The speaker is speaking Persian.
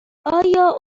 آیا